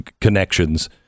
connections